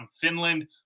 Finland